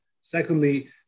Secondly